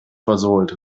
versohlt